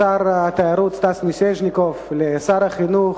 לשר התיירות סטס מיסז'ניקוב, לשר החינוך